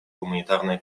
гуманитарная